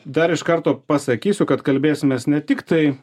dar iš karto pasakysiu kad kalbėsimės ne tiktai